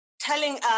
Telling